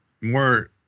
more